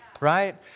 right